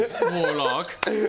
warlock